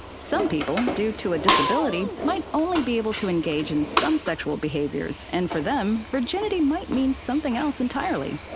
some people, due to a disability, might only be able to engage in some sexual behaviors, and for them, virginity might mean something else entirely.